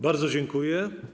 Bardzo dziękuję.